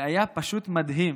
והיה פשוט מדהים